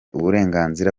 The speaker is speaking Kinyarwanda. uburenganzira